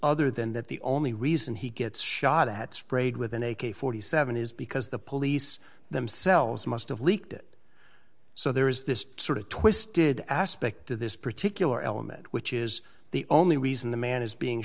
other than that the only reason he gets shot at sprayed with an a k forty seven dollars is because the police themselves must have leaked it so there is this sort of twisted aspect to this particular element which is the only reason the man is being